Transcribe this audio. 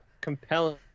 compelling